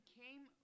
came